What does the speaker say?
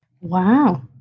Wow